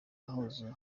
tugeze